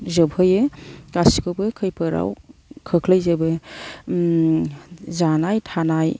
जोबहोयो गासिखौबो खैफोदाव खोख्लैजोबो जानाय थानाय